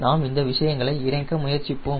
நாம் இந்த விஷயங்களை இணைக்க முயற்சிப்போம்